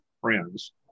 friends